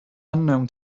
unknown